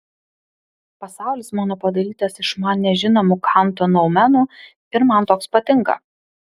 pasaulis mano padarytas iš man nežinomų kanto noumenų ir man toks patinka